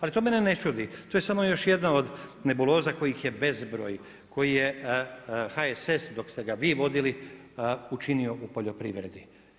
Ali to mene ne čudi, to je samo još jedna od nebuloza kojih je bezbroj, kojih je HSS dok ste ga vi vodili, učinio u poljoprivredi.